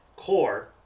core